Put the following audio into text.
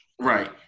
right